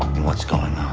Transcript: what's going